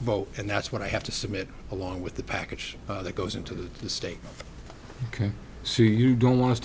vote and that's what i have to submit along with the package that goes into the state ok so you don't want